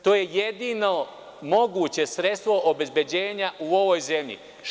To je jedino moguće sredstvo obezbeđenja u ovoj zemlji.